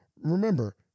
Remember